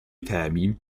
temi